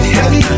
Heavy